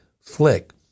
flick